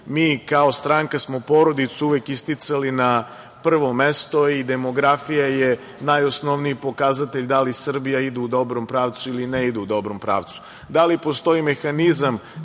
Mi kao stranka smo porodicu uvek isticali na prvo mesto i demografija je najosnovniji pokazatelj da li Srbija ide u dobrom pravcu ili ne ide u dobrom pravcu. Da li postoji mehanizam